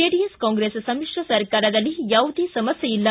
JDS Congress ಸಮಿಶ್ರ ಸರ್ಕಾರದಲ್ಲಿ ಯಾವುದೇ ಸಮಸ್ನೆಯಿಲ್ಲ